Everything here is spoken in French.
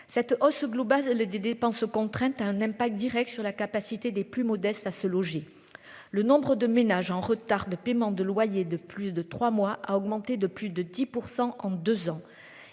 cette hausse globale les des dépenses contraintes à un aime pas directe sur la capacité des plus modestes à se loger. Le nombre de ménages en retard de paiement de loyer de plus de 3 mois a augmenté de plus de 10% en 2 ans